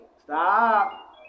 Stop